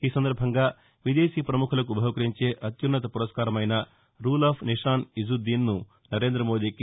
ఈసందర్బంగా విదేశీ పముఖులకు బహూకరించే అత్యున్నత పురస్కారమైన రూల్ ఆఫ్ నిషాన్ ఇజ్జుద్దీన్ ను నరేంద్ర మోదీకి